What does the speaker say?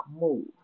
move